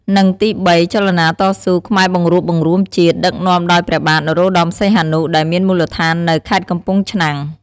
និង ទី៣ ចលនាតស៊ូ ខ្មែរបង្រួបបង្រួមជាតិ ដឹកនាំដោយព្រះបាទ នរោត្តមសីហនុ ដែលមានមូលដ្ឋាននៅ ខេត្តកំពង់ឆ្នាំង ។